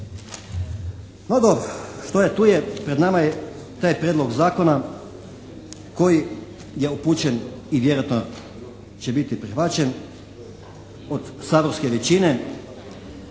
No dobro, što je tu je. Pred nama je taj prijedlog zakona koji je upućen i vjerojatno će biti prihvaćen od saborske većine.